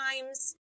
times